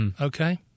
okay